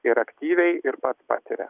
ir aktyviai ir pats patiria